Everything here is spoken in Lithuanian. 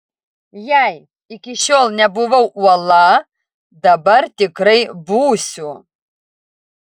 jei iki šiol nebuvau uola dabar tikrai būsiu